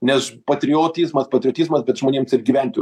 nes patriotizmas patriotizmas bet žmonėms ir gyventi